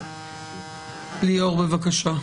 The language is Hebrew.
ליאור, בבקשה.